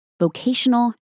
Vocational